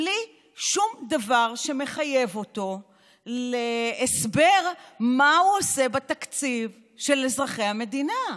בלי שום דבר שמחייב אותו להסבר מה הוא עושה בתקציב של אזרחי המדינה,